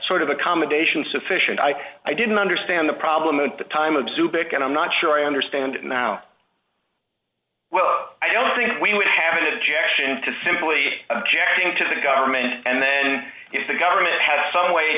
sort of accommodation sufficient i i didn't understand the problem at the time of zoom because i'm not sure i understand now well i don't think we would have that objection to simply objecting to the government and then if the government had some way